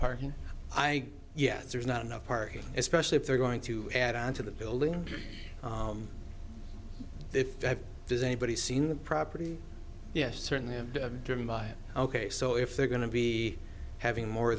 parking i yes there's not enough parking especially if they're going to add on to the building if that does anybody seen the property yes certainly driven by ok so if they're going to be having more